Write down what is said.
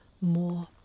more